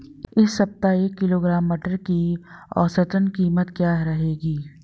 इस सप्ताह एक किलोग्राम मटर की औसतन कीमत क्या रहेगी?